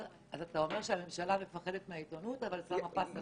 אז אתה אומר שהממשלה מפחדת מהעיתונות אבל שמה פס על הפיצוציות.